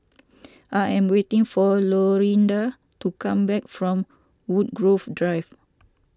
I am waiting for Lorinda to come back from Woodgrove Drive